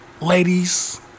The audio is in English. ladies